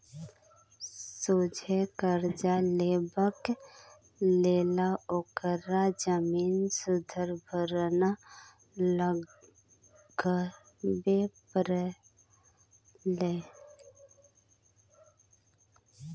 सोझे करजा लेबाक लेल ओकरा जमीन सुदभरना लगबे परलै